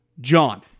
John